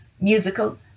musical